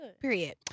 Period